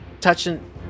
touching